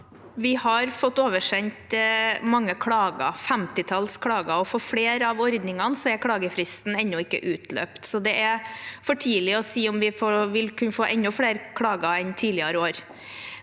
vi har fått oversendt mange klager, et femtitalls klager, og for flere av ordningene er klagefristen ennå ikke utløpt. Det er derfor for tidlig å si om vi vil kunne få enda flere klager enn tidligere år.